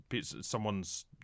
someone's